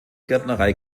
gärtnerei